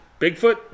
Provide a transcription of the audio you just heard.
bigfoot